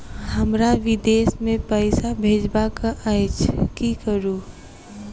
हमरा विदेश मे पैसा भेजबाक अछि की करू?